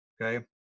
Okay